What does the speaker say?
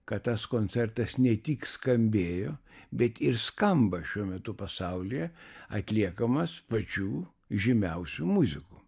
kad tas koncertas ne tik skambėjo bet ir skamba šiuo metu pasaulyje atliekamas pačių žymiausių muzikų